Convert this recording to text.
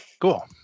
Cool